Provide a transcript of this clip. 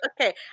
Okay